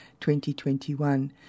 2021